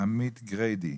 עמית גריידי,